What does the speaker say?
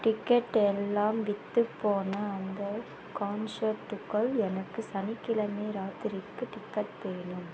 ticket எல்லாம் விற்றுப்போன அந்த கான்சர்ட்டுக்கு எனக்கு சனிக்கிழமை ராத்திரிக்கு டிக்கெட் வேணும்